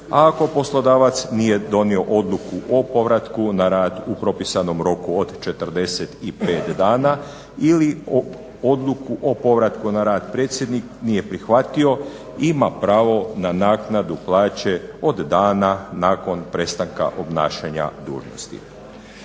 ako poslodavac nije donio odluku o povratku na rad u propisanom roku od 45 dana ili odluku o povratku na rad predsjednik nije prihvatio ima pravo na naknadu plaće od dana nakon prestanka obnašanja dužnosti.